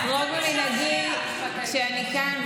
אחרוג ממנהגי כשאני כאן.